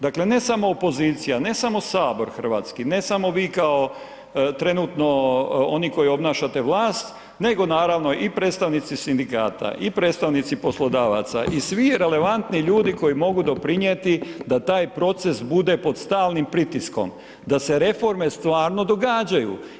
Dakle, ne samo opozicija, ne samo HS, ne samo vi kao trenutno oni koji obnašate vlast, nego naravno i predstavnici Sindikata, i predstavnici poslodavaca i svi relevantni ljudi koji mogu doprinijeti da taj proces bude pod stalnim pritiskom, da se reforme stvarno događaju.